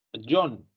John